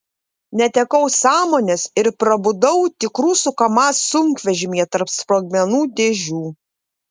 netekau sąmonės ir prabudau tik rusų kamaz sunkvežimyje tarp sprogmenų dėžių